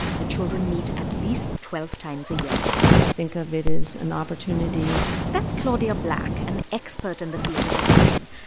the children meet at least twelve times a year i think of it is an opportunity that's claudia black, an expert in the field of addiction.